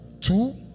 two